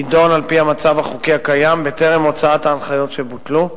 עניינו יידון על-פי המצב החוקי הקיים בטרם הוצאת ההנחיות שבוטלו.